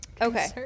Okay